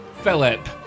Philip